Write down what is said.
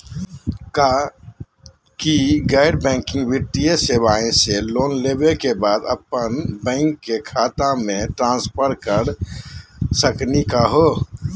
का गैर बैंकिंग वित्तीय सेवाएं स लोन लेवै के बाद अपन बैंको के खाता महिना ट्रांसफर कर सकनी का हो?